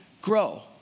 grow